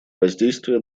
воздействие